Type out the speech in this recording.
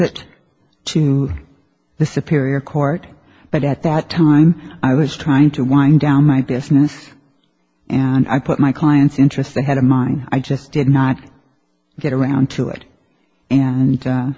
it to the superior court but at that time i was trying to wind down my business and i put my client's interests ahead of mine i just did not get around to it and